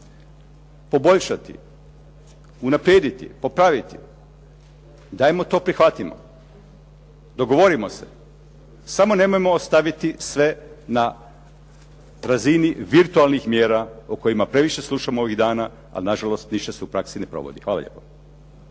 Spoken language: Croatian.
poboljšati, unaprijediti, popraviti, dajmo to prihvatimo, dogovorimo se, samo nemojmo ostaviti sve na razini virtualnih mjera o kojima previše slušamo ovih dana ali nažalost ništa se u praksi ne provodi. Hvala lijepo.